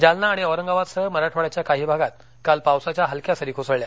जालना आणि औरंगाबादसहमराठवाड्याच्या काही भागात काल पावसाच्या हलक्या सरी कोसळल्या